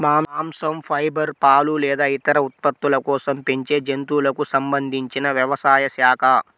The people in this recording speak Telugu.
మాంసం, ఫైబర్, పాలు లేదా ఇతర ఉత్పత్తుల కోసం పెంచే జంతువులకు సంబంధించిన వ్యవసాయ శాఖ